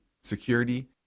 security